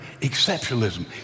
exceptionalism